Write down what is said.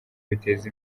biteza